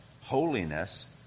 holiness